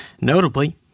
Notably